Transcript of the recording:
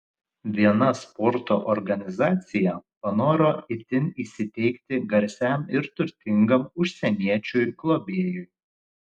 viena sporto organizacija panoro itin įsiteikti garsiam ir turtingam užsieniečiui globėjui